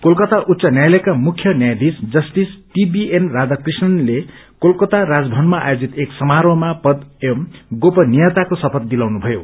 कलकता उच्च न्यायालयका मुख्य न्यायाधीश जस्टिस दीशीएन राबाकृष्णनले कलकता राजभवनमा आयोजित एक समारोहमा पद एवं गोपनीयताको शपथ दिलाउनुभयो